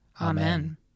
Amen